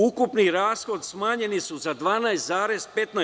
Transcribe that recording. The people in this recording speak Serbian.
Ukupni rashodi smanjeni su za 12,15%